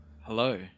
Hello